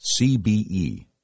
CBE